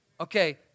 Okay